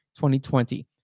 2020